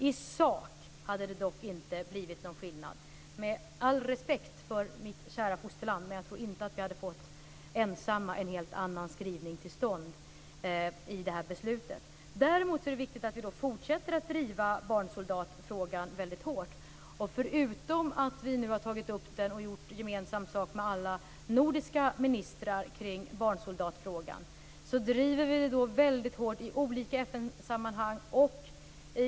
I sak hade det dock inte blivit någon skillnad om man väntat. Med all respekt för mitt kära fosterland, tror jag inte att vi ensamma hade fått en helt annan skrivning till stånd i detta beslut. Däremot är det viktigt att vi fortsätter att driva barnsoldatfrågan väldigt hårt. Förutom att vi nu har tagit upp den och gjort gemensam sak med alla nordiska ministrar kring barnsoldatfrågan, driver vi den väldigt hårt i olika FN-sammanhang.